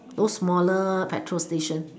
those smaller petrol station